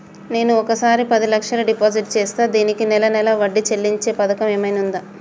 నేను ఒకేసారి పది లక్షలు డిపాజిట్ చేస్తా దీనికి నెల నెల వడ్డీ చెల్లించే పథకం ఏమైనుందా?